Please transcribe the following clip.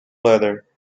letter